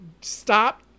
stop